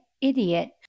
Idiot